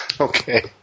Okay